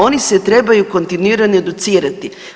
Oni se trebaju kontinuirano educirati.